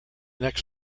next